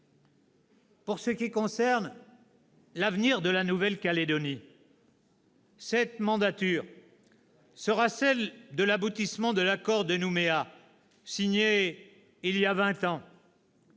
Pour ce qui concerne l'avenir de la Nouvelle-Calédonie, cette mandature sera celle de l'aboutissement de l'accord de Nouméa signé il y a vingt ans.